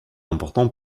important